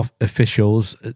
officials